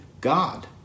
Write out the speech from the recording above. God